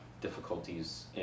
difficulties